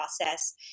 process